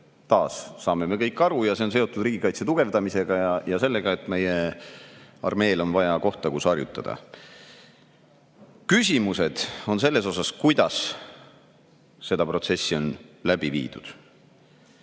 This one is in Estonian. taas, saame me kõik aru. See on seotud riigikaitse tugevdamisega ja sellega, et meie armeel on vaja kohta, kus harjutada. Küsimused on selle kohta, kuidas seda protsessi on läbi viidud.